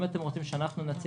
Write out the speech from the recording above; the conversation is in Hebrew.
אם אתם רוצים שאנחנו נציע